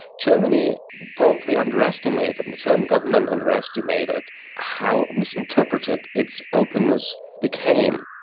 germany probably underestimated and the german government underestimated how misinterpreted its openness became.